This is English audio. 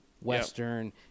Western